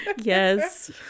Yes